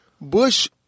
Bush